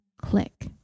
click